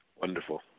Wonderful